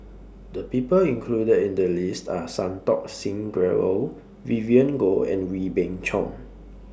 The People included in The list Are Santokh Singh Grewal Vivien Goh and Wee Beng Chong